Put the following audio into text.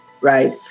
right